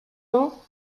ans